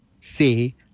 say